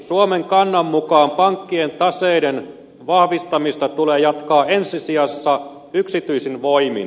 suomen kannan mukaan pankkien taseiden vahvistamista tulee jatkaa ensisijassa yksityisin toimin